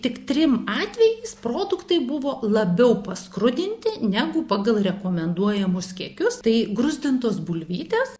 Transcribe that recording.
tik trim atvejais produktai buvo labiau paskrudinti negu pagal rekomenduojamus kiekius tai gruzdintos bulvytės